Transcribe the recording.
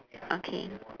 okay